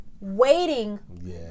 Waiting